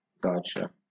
Gotcha